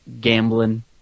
gambling